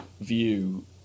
view